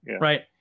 Right